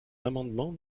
l’amendement